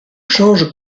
change